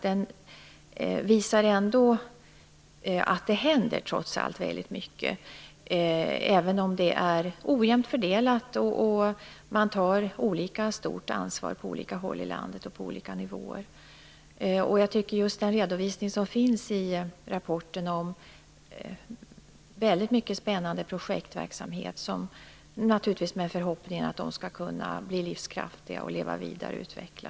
Den visar ju att det trots allt händer väldigt mycket, även om det är ojämnt fördelat och man tar olika stort ansvar på olika håll i landet och på olika nivåer. I rapporten redovisas många spännande projekt, som vi naturligtvis hoppas skall vara livskraftiga, leva vidare och utvecklas.